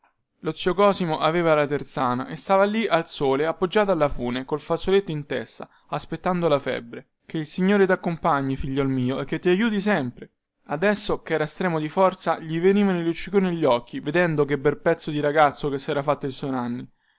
lo zio cosimo aveva la terzana e stava lì al sole appoggiato alla fune col fazzoletto in testa aspettando la febbre che il signore taccompagni figliuol mio e ti aiuti sempre adesso chera stremo di forza gli venivano i lucciconi agli occhi vedendo che bel pezzo di ragazzo sera fatto